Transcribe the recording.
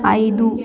ಐದು